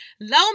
Low